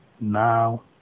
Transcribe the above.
now